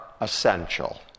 essential